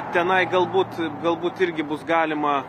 tenai galbūt galbūt irgi bus galima